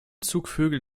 zugvögel